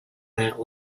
that